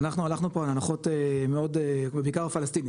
אנחנו הלכנו פה על הנחות מאוד בעיקר הפלסטינית,